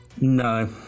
No